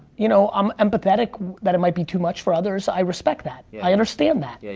you know, i'm empathetic that it might be too much for others. i respect that. i understand that, yeah